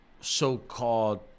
so-called